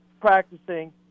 practicing